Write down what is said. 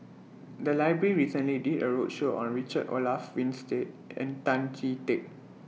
The Library recently did A roadshow on Richard Olaf Winstedt and Tan Chee Teck